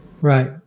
Right